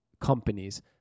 companies